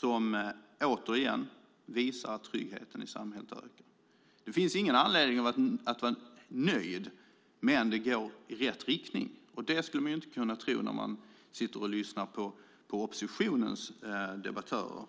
Den visar återigen att tryggheten i samhället ökar. Det finns ingen anledning att vara nöjd, men det går i rätt riktning. Det skulle man inte kunna tro när man lyssnar på oppositionens debattörer,